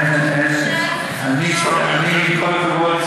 עם כל הכבוד,